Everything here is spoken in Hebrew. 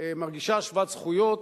מרגישה שוות זכויות